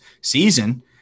season